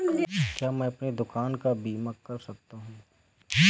क्या मैं अपनी दुकान का बीमा कर सकता हूँ?